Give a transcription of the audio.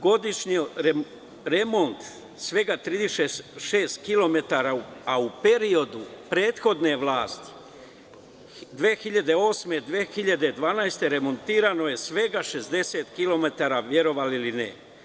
Godišnji remont je svega 36 kilometara, a u periodu prethodne vlasti, 2008. do 2012. godine remontirano je svega 60 kilometara, verovali ili ne.